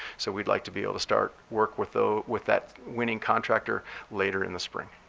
so we'd like to be able to start work with ah with that winning contractor later in the spring.